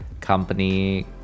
company